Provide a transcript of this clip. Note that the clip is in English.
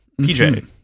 PJ